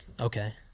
Okay